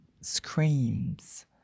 screams